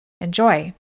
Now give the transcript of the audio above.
Enjoy